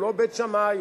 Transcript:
הוא לא בית שמאי,